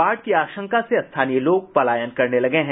बाढ़ की आशंका से स्थानीय लोग पलायन करने लगे हैं